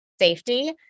safety